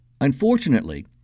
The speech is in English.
Unfortunately